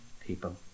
people